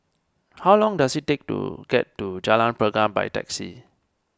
how long does it take to get to Jalan Pergam by taxi